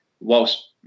whilst